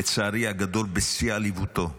לצערי הגדול, בשיא עליבותו,